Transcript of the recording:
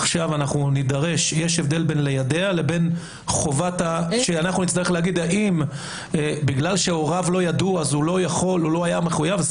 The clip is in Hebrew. יש הבדל בין יידוע בגלל שהוריו לא ידעו הוא לא יכול או לא היה מחויב?